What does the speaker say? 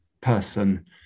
person